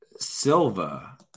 Silva